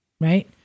right